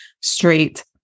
straight